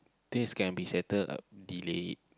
things can be settle I'll delay it